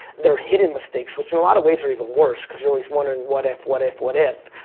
they're hidden mistakes, which in a lot of ways are even worse, because you're always wondering what if, what if, what if?